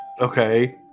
Okay